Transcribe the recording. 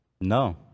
no